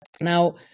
Now